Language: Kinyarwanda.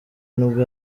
nibwo